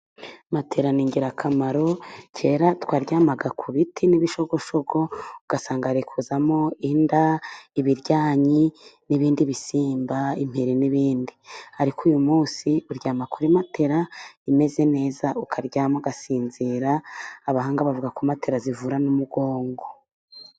Matera ni ingirakamaro. Kera twaryamaga ku biti n'ibishogoshogo, ugasanga hari kuzamo inda, ibiryanyi n'ibindi bisimba: imperi n'ibindi. Ariko uyu munsi uryama kuri matera imeze neza, ukaryama ugasinzira. Abahanga bavuga ko matera zivura n' umugongo.